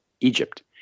Egypt